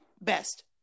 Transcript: Best